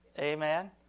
Amen